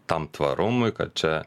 tam tvarumui kad čia